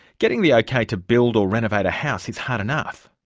getting the ok to build or renovate a house is hard enough,